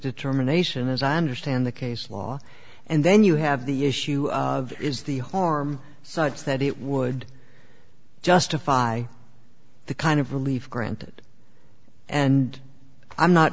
determination as i understand the case law and then you have the issue of is the harm such that it would justify the kind of relief granted and i'm not